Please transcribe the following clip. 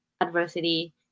adversity